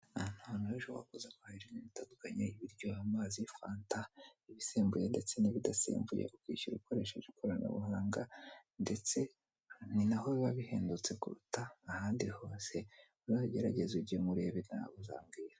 Aha hantu ni ahantu rero ushobora kuza guhahira ibintu bitandukanye ibiryo, amazi, fanta ibisembuye ndetse n'ibidasembuye ukishyura ukoresheje ikoranabuhanga, ndetse ni naho biba bihendutse kuruta ahandi hose, uzagerageze ujyemo urebe nawe uzambwira.